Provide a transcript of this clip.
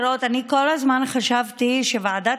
אנחנו מדברים על 30,000 עסקים שלא קיבלו שם סיוע,